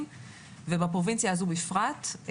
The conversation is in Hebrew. בפרובינציה הזו בפרט,